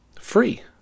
free